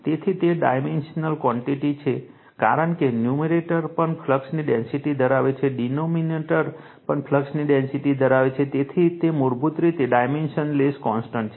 તેથી તે dimensionless quantity છે કારણ કે ન્યૂમરેટર પણ ફ્લક્સની ડેન્સિટી ધરાવે છે ડિનોમિનેટર પણ ફ્લક્સની ડેન્સિટી ધરાવે છે તેથી તે મૂળભૂત રીતે ડાયમેન્શનલેસ કોન્સટન્ટ છે